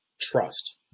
trust